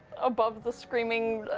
above the screaming,